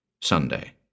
Sunday